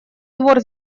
двор